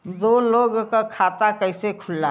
दो लोगक खाता कइसे खुल्ला?